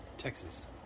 Texas